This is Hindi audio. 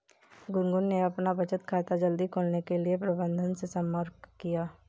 गुनगुन ने अपना बचत खाता जल्दी खोलने के लिए प्रबंधक से संपर्क किया